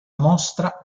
mostra